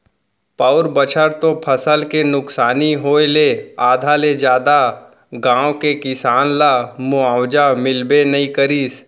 पउर बछर तो फसल के नुकसानी होय ले आधा ले जादा गाँव के किसान ल मुवावजा मिलबे नइ करिस